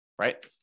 right